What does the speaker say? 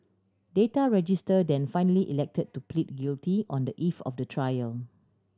Data Register then finally elected to plead guilty on the eve of the trial